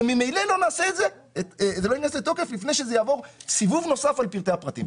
ממילא זה לא ייכנס לתוקף לפני שזה יעבור סיבוב נוסף לפרטי הפרטים.